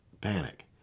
panic